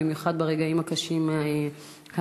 במיוחד ברגעים הקשים האלה,